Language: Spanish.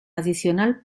adicional